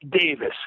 Davis